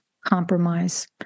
compromise